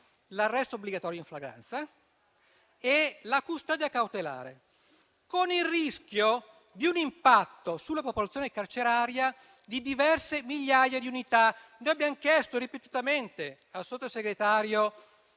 l'arresto obbligatorio in flagranza e la custodia cautelare, con il rischio di un impatto sulla popolazione carceraria di diverse migliaia di unità. Noi abbiamo chiesto ripetutamente al Sottosegretario